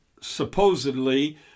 supposedly